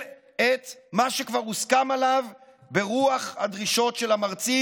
את מה שכבר הוסכם עליו ברוח הדרישות של המרצים,